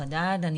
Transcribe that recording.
אני